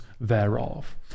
thereof